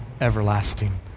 everlasting